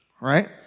right